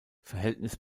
verhältnis